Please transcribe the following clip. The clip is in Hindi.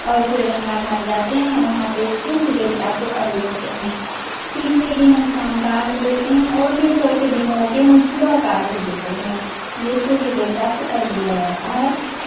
और फिर गंगा घाट जाते हैं वहां पे सुर्य देवता को अर्घ्य देते हैं तीसरे दिन हम शाम का अर्घ्य देते हैं और फिर चौथे दिन हो कर हम सुबह का अर्घ्य देते हैं ये सूर्य देवता को अर्घ्य दिया जाता है